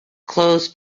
closed